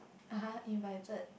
uh [huh] invited